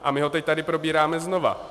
A my ho teď tady probíráme znova.